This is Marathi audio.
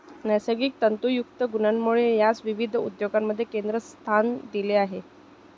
नैसर्गिक तंतुयुक्त गुणांमुळे यास विविध उद्योगांमध्ये केंद्रस्थान दिले आहे